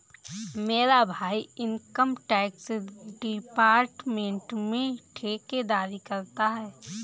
मेरा भाई income tax department में ठेकेदारी करता है